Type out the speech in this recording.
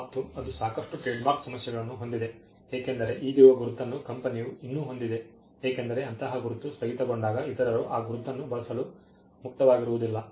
ಮತ್ತು ಅದು ಸಾಕಷ್ಟು ಟ್ರೇಡ್ಮಾರ್ಕ್ ಸಮಸ್ಯೆಗಳನ್ನು ಹೊಂದಿದೆ ಏಕೆಂದರೆ ಈಗಿರುವ ಗುರುತನ್ನು ಕಂಪನಿಯು ಇನ್ನೂ ಹೊಂದಿದೆ ಏಕೆಂದರೆ ಅಂತಹ ಗುರುತು ಸ್ಥಗಿತಗೊಂಡಾಗ ಇತರರು ಆ ಗುರುತನ್ನು ಬಳಸಲು ಮುಕ್ತವಾಗಿರುವುದಿಲ್ಲ